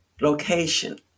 location